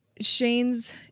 Shane's